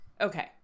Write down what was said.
Okay